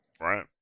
Right